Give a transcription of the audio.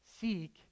seek